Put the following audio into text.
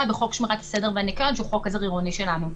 בחוק שמירת הסדר והניקיון שהוא חוק עזר עירוני שלנו.